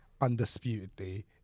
undisputedly